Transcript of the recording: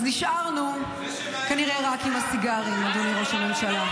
אז נשארנו כנראה רק עם הסיגרים, אדוני ראש הממשלה.